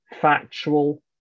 Factual